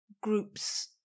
groups